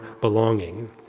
belonging